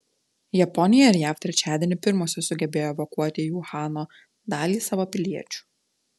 japonija ir jav trečiadienį pirmosios sugebėjo evakuoti į uhano dalį savo piliečių